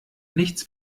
nichts